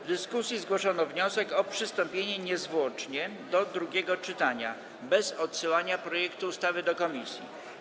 W dyskusji zgłoszono wniosek o przystąpienie niezwłocznie do drugiego czytania, bez odsyłania projektu ustawy do komisji.